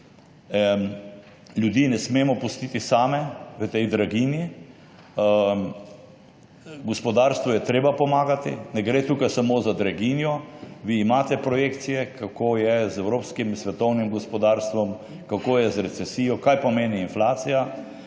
Ljudi ne smemo pustiti samih v tej draginji, gospodarstvu je treba pomagati. Ne gre tukaj samo za draginjo, vi imate projekcije, kako je z evropskim, svetovnim gospodarstvom, kako je z recesijo, kaj pomeni inflacija.